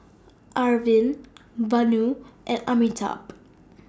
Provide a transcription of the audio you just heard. Arvind Vanu and Amitabh